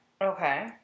Okay